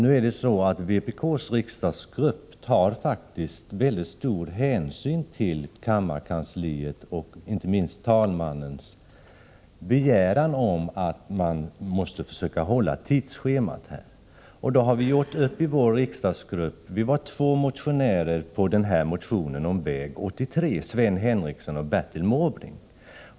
Nu är det så att vpk:s riksdagsgrupp faktiskt tar mycket stor hänsyn till kammarkansliets och inte minst talmannens begäran att vi skall försöka hålla tidsschemat. Vi var två ledamöter som stod bakom motionen om väg 83 — Sven Henricsson och Bertil Måbrink.